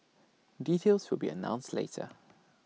details will be announced later